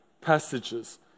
passages